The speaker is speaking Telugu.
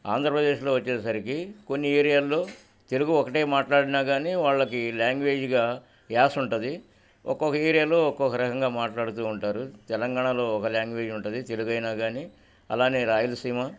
ఆంధ్రప్రదేశ్లో వచ్చేసరికి కొన్ని ఏరియాల్లో తెలుగు ఒకటే మాట్లాడినా కానీ వాళ్ళకి లాంగ్వేజ్గా యాస ఉంటుంది ఒక్కొక్క ఏరియాలో ఒక్కొక్క రకంగా మాట్లాడుతూ ఉంటారు తెలంగాణలో ఒక లాంగ్వేజ్ ఉంటుంది తెలుగైనా కానీ అలానే రాయలసీమ